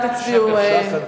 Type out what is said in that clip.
הצבעה.